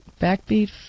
Backbeat